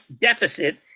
deficit